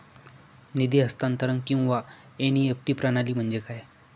निधी हस्तांतरण किंवा एन.ई.एफ.टी प्रणाली म्हणजे काय?